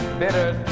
bitter